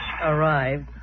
arrived